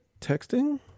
texting